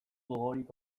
gogorik